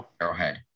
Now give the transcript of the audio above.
Arrowhead